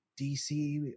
DC